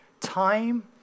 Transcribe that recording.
time